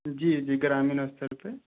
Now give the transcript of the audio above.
जी जी ग्रामीण स्तरपर